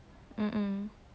hmm